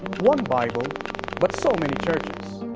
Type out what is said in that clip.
one bible but so many churches.